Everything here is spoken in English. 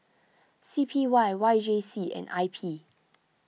C P Y Y J C and I P